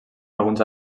alguns